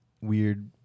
weird